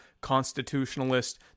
constitutionalist